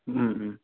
ꯎꯝ ꯎꯝ